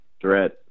threat